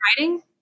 writing